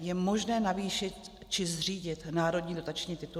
Je možné navýšit či zřídit národní dotační tituly?